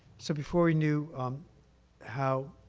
so before we knew how